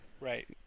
Right